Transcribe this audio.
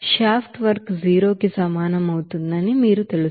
shaft work 0కి సమానం అవుతుందని మీకు తెలుసు